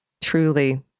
truly